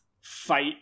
fight